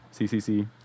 CCC